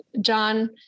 John